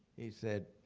he said,